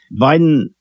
Biden